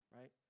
right